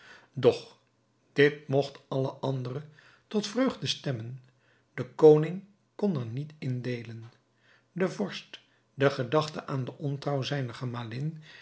doch dit mogt alle anderen tot vreugde stemmen de koning kon er niet in deelen de vorst de gedachte aan de ontrouw zijner gemalin